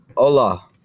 Hola